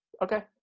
Okay